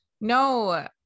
No